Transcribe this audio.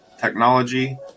technology